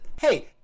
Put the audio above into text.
hey